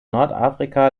nordafrika